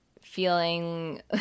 feeling